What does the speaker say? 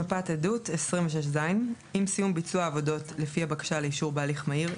מפת עדות 26ז. עם סיום ביצוע העבודות לפי הבקשה לאישור בהליך מהיר,